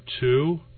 two